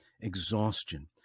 exhaustion